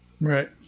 Right